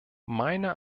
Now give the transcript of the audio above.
meiner